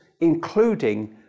including